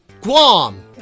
Guam